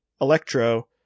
electro